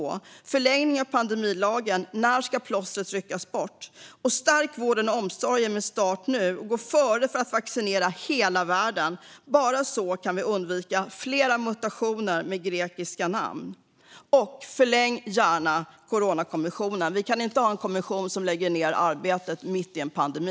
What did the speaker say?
Blir det en förlängning av pandemilagen? När ska plåstret ryckas bort? Stärk vården och omsorgen med start nu! Och gå före för att vaccinera hela världen! Bara så kan vi undvika fler mutationer med grekiska namn. Och förläng gärna Coronakommissionen! Vi kan inte ha en kommission som lägger ned arbetet mitt i en pandemi.